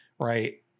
right